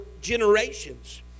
generations